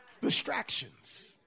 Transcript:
Distractions